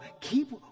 keep